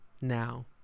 now